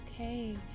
Okay